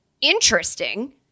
interesting